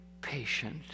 patient